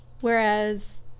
whereas